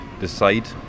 decide